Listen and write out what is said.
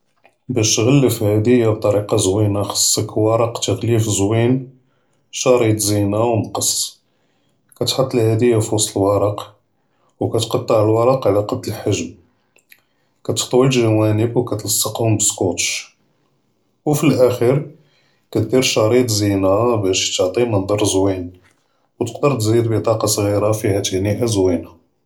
באש תעְ'לף הודִיה בטארִיקה זווִינה חצכ ורק תעְ'לִיף זווִין, שרִיט זִינָה ומקָּץ, תחט האדִיה פִווסט לורק, וּכתקּטע לורק עלא קד אלחג'ם, וּכתטוי לג'ואנב וּכתלצקהום בּסקוּטש, ופלאכִ'יר כתדִיר שרִיט זִינָה בש תעטִי מנצ'ר זווִין, תקדר דִיף בּטאקָה צע'ירה פִיהא תהנִיאָה זווִינה.